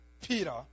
Peter